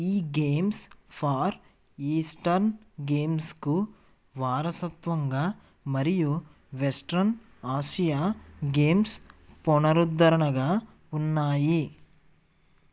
ఈ games far eastern గేమ్స్కు వారసత్వంగా మరియు వెస్ట్రన్ ఆసియా గేమ్స్ పునరుద్ధరణగా ఉన్నాయి